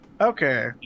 Okay